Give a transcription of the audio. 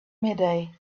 midday